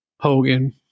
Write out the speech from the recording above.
Hogan